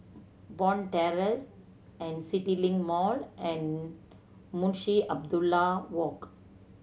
Bond Terrace CityLink Mall and Munshi Abdullah Walk